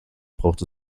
braucht